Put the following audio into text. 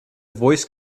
voice